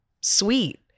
sweet